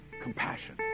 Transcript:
Compassion